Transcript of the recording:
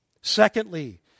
Secondly